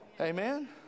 Amen